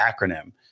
acronym